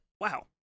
Wow